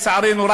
לצערנו,